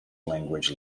language